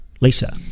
Lisa